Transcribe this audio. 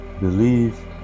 believe